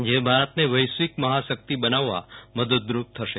જે ભારતને વૈશ્વિક મહાશક્તિ બનાવવા મદદરૂપ થશે